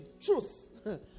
truth